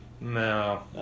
No